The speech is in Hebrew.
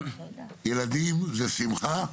ילדים זה שמחה,